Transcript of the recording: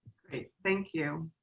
great. thank you.